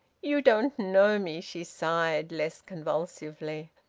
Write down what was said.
you don't know me! she sighed, less convulsively.